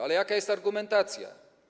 Ale jaka jest argumentacja?